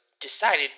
decided